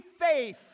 faith